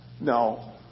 No